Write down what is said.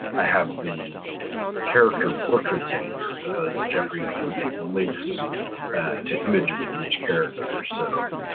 i have the character portraits in here, because jeffry included links to images of each character. so